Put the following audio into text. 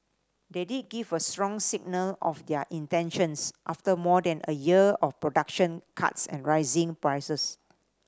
they did give a strong signal of their intentions after more than a year of production cuts and rising prices